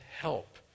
help